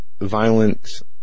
violence